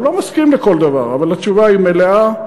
הוא לא מסכים לכל דבר, אבל התשובה היא מלאה.